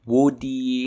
Woody